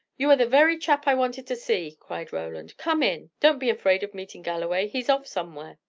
you are the very chap i wanted to see, cried roland. come in! don't be afraid of meeting galloway he's off somewhere.